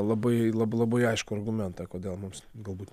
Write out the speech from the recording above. labai labai aiškų argumentą kodėl mums galbūt